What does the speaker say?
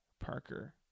Parker